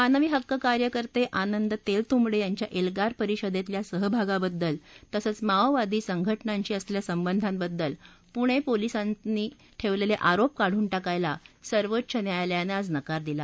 मानवी हक्क कार्यकर्ते आनंद तेलतुंबडे यांच्या एल्गार परिषदेतल्या सहभागबद्दल तसंच माओवादी संघटनांशी असलेल्या संबधांबद्दल पुणे पोलिसांचे आरोप काढून टाकायला सर्वोच्च न्यायालयानं आज नकार दिला